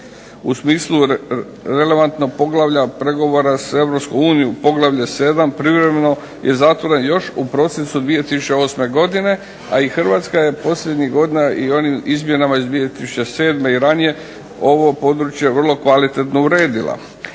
u smislu relevantno poglavlja pregovora s EU u Poglavlju 7., privremeno je zatvoren još u prosincu 2008. godine, a i Hrvatska je posljednjih godina i onim izmjenama iz 2007. i ranije ovo područje vrlo kvalitetno uredila.